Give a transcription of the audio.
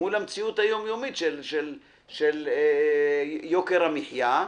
מול המציאות היום-יומית של יוקר המחיה,